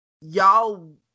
y'all